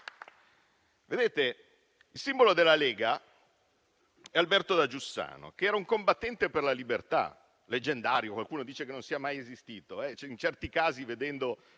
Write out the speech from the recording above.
il simbolo della Lega è Alberto da Giussano, che era un combattente per la libertà, leggendario; qualcuno dice che non sia mai esistito,